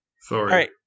sorry